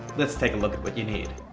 let's take a look at what you need